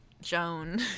Joan